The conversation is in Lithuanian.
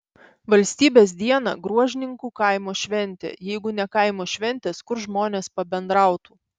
valstybės dieną gruožninkų kaimo šventė jeigu ne kaimo šventės kur žmonės pabendrautų